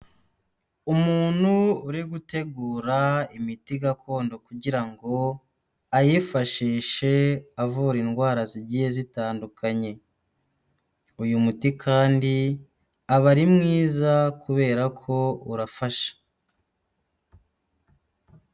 Umuntu uri gutegura imiti gakondo kugira ngo ayifashishe avura indwara zigiye zitandukanye. Uyu muti kandi aba ari mwiza kubera ko urafasha.